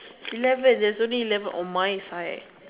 eleven there's only eleven on my side